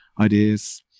ideas